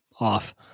off